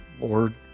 Lord